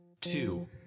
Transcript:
two